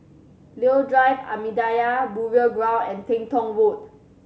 Leo Drive Ahmadiyya Burial Ground and Teng Tong Road